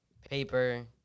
paper